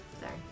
Sorry